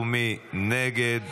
מי נגד?